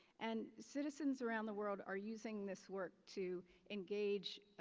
and citizens around the world are using this work to engage